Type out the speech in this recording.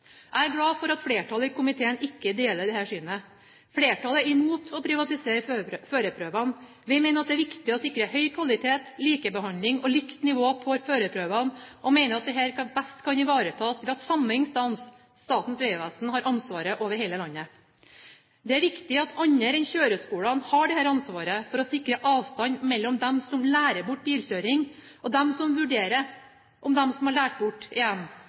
Jeg er glad for at flertallet i komiteen ikke deler dette synet. Flertallet er imot å privatisere førerprøvene. Vi mener det er viktig å sikre høy kvalitet, likebehandling og likt nivå på førerprøvene og mener dette best kan ivaretas ved at samme instans, Statens vegvesen, har ansvaret over hele landet. Det er viktig at andre enn kjøreskolene har dette ansvaret, for å sikre avstand mellom dem som lærer bort bilkjøring, og dem som vurderer om de som har lært bort,